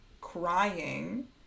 crying